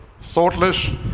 thoughtless